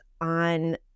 on